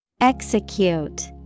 Execute